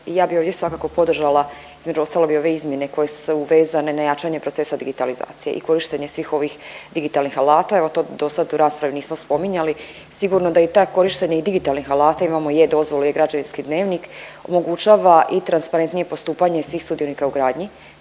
ja bi ovdje svakako podržala između ostalog i ove izmjene koje su vezane na jačanje procesa digitalizacije i korištenje svih ovih digitalnih alata, evo to dosad u raspravi nismo spominjali. Sigurno da i to korištenje i digitalnih alata, imamo i e-dozvole i e-građevinski dnevnik omogućava i transparentnije postupanje svih sudionika u gradnji